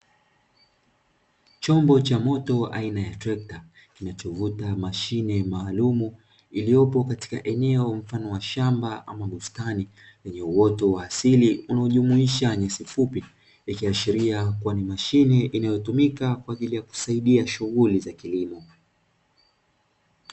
Chombo cha moto aina ya trekta kinachovuta mashine maalumu iliyopo katika eneo mfano wa shamba ama bustani yenye uoto wa asili kujumuisha nyasi fupi ikiashiria kuwa ni mashine inayotumika kwa ajili ya kusaidia shughuli za kilimo.